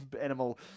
animal